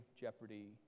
jeopardy